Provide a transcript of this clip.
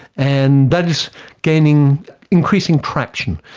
and that is gaining increasing traction.